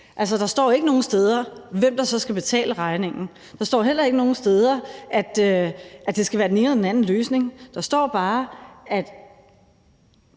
Der står ikke nogen steder, hvem der så skal betale regningen, og der står heller ikke nogen steder, at det skal være den ene eller den anden løsning. Der står bare, at